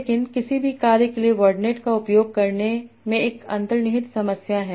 लेकिन किसी भी कार्य के लिए वर्डनेट का उपयोग करने में एक अंतर्निहित समस्या है